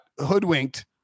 hoodwinked